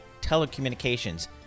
telecommunications